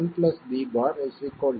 1 b' a'